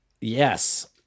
Yes